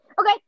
Okay